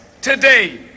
today